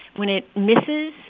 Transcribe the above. when it misses,